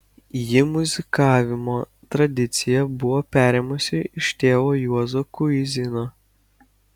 ji muzikavimo tradiciją buvo perėmusi iš tėvo juozo kuizino